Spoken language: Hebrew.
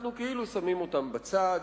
אנחנו כאילו שמים אותן בצד,